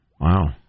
Wow